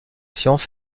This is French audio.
science